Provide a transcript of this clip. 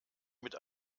mit